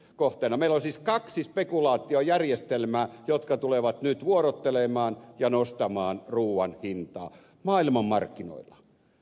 meillä on siis kaksi spekulaatiojärjestelmää jotka tulevat nyt vuorottelemaan ja nostamaan ruuan hintaa maailmanmarkkinoilla